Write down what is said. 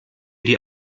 die